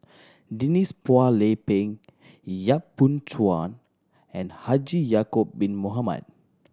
Denise Phua Lay Peng Yap Boon Chuan and Haji Ya'acob Bin Mohamed